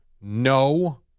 no